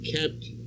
kept